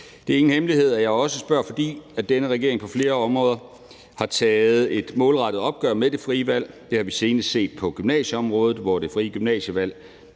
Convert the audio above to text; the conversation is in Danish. Det er ingen hemmelighed, at jeg også spørger, fordi denne regering på flere områder har taget et målrettet opgør med det frie valg. Det har vi senest set på gymnasieområdet, hvor det frie gymnasievalg